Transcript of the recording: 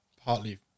partly